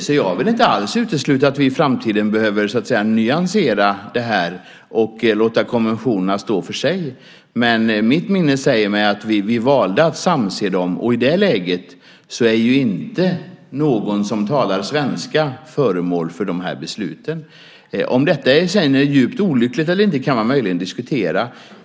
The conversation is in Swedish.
Jag vill därför inte alls utesluta att vi i framtiden behöver nyansera detta och låta konventionerna stå för sig. Mitt minne säger mig dock att vi valde att samse dem, och i det läget är ju inte någon som talar svenska föremål för besluten. Om det sedan är djupt olyckligt eller inte kan man möjligen diskutera.